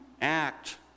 act